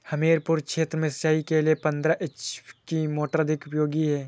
हमीरपुर क्षेत्र में सिंचाई के लिए पंद्रह इंची की मोटर अधिक उपयोगी है?